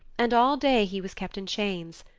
and all day he was kept in chains,